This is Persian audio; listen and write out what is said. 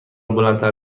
بلندتر